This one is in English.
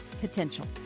potential